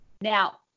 Now